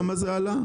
כמה זה עלה.